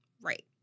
Right